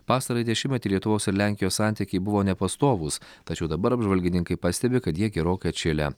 pastarąjį dešimtmetį lietuvos ir lenkijos santykiai buvo nepastovūs tačiau dabar apžvalgininkai pastebi kad jie gerokai atšilę